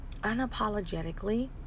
unapologetically